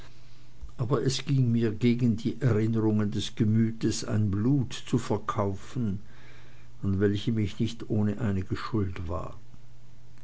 aber es ging mir gegen die erinnerungen des gemütes ein blut zu verkaufen an welchem ich nicht ohne einige schuld war